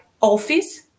office